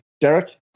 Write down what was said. Derek